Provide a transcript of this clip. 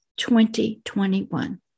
2021